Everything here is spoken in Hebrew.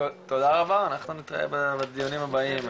תודה רבה, אנחנו נתראה בדיונים הבאים,